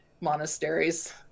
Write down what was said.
monasteries